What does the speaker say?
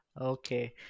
Okay